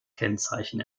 kennzeichen